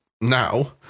now